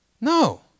No